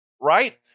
Right